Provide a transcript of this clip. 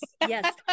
yes